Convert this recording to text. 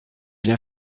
bien